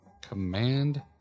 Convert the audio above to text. Command